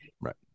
Right